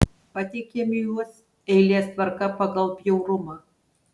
pateikiame juos eilės tvarka pagal bjaurumą